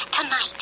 Tonight